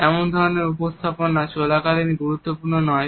এমন ধরনের উপস্থাপনা চলাকালীনই গুরুত্বপূর্ণ নয়